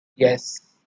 yes